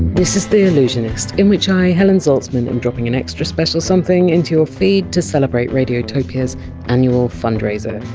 this is the allusionist, in which i, helen zaltzman, am dropping an extra special something into your ah feed to celebrate radiotopia! s annual fundraiser.